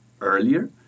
earlier